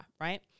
right